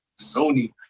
Sony